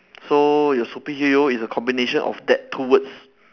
so your superhero is a combination of that two words